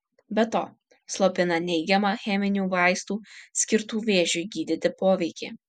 be to slopina neigiamą cheminių vaistų skirtų vėžiui gydyti poveikį